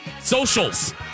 socials